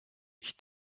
ich